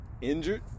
Injured